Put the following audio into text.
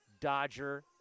Dodger